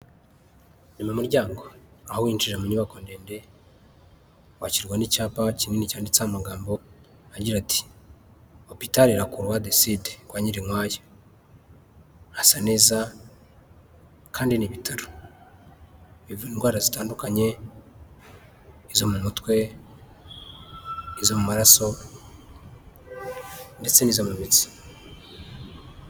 Ni mu muryango aho winjirira mu nyubako ndende wakirwa n'icyapa kinini cyanditseho amagambo agira ati hopitali lakuruwa di side kwa Nyirinkwaya, hasa neza kandi n'ibitaro, bivura indwara zitandukanye izo mu mutwe, izo mu maraso ndetse n'izo mu mitsi.